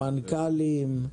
מנכ"לים,